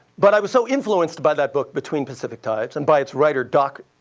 but i was so influenced by that book between pacific tides and by its writer, doc